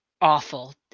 awful